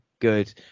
good